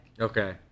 Okay